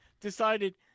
decided